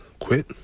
quit